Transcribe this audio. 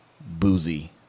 boozy